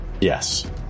Yes